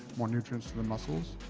more nutrients to the muscles.